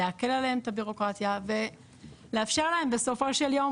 להקל עליהם את הבירוקרטיה ולאפשר להם בסופו של יום